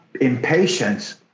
impatience